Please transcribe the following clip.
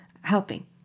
helping